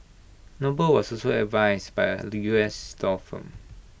noble was also advised by A U S law firm